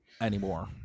anymore